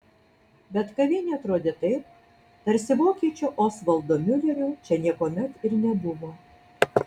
bet kavinė atrodė taip tarsi vokiečio osvaldo miulerio čia niekuomet ir nebuvo